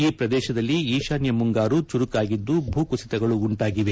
ಈ ಪ್ರದೇಶದಲ್ಲಿ ಈಶಾನ್ಯ ಮುಂಗಾರು ಚುರುಕಾಗಿದ್ದು ಭೂಕುಸಿತಗಳು ಉಂಟಾಗಿವೆ